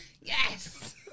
Yes